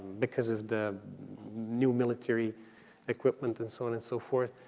because of the new military equipment and so on and so forth,